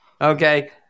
okay